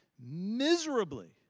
miserably